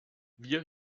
wir